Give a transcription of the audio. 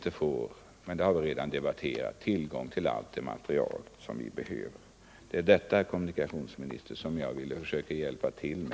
Det förhållandet som jag tidigare nämn